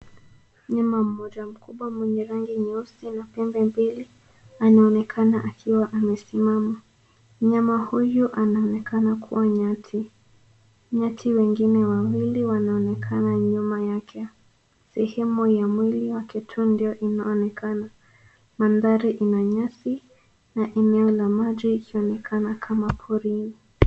Mnyama mmoja mkubwa mwenye rangi nyeusi na pembe mbili, anaonekana akiwa amesimama. Mnyama huyu anaonekana kuwa nyati. Nyati wengine wawili wanaonekana nyuma yake. Sehemu ya mwili yake tu ndio inaonekana. Mandhari ina nyasi na eneo la maji ikionekana kama porini.